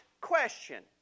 question